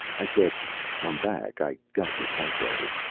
i said i'm back. i got your typewriter.